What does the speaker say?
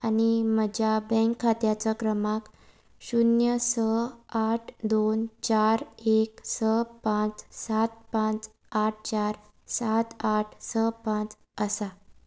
आनी म्हज्या बँक खात्याचो क्रमांक शुन्य स आठ दोन चार एक स पांच सात पांच आठ चार सात आठ स पांच आसा